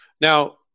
Now